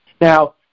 Now